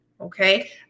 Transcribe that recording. Okay